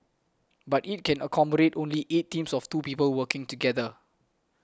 but it can accommodate only eight teams of two people working together